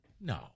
No